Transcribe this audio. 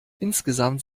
insgesamt